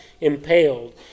impaled